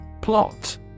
Plot